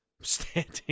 Standing